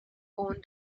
own